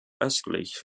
östlich